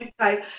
Okay